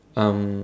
um